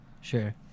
sure